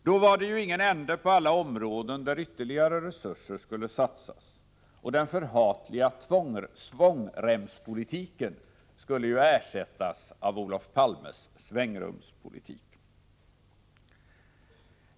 Då var det ju ingen ände på alla områden där ytterligare resurser skulle satsas, och den förhatliga svångremspolitiken skulle ju ersättas av Olof Palmes svängrumspolitik.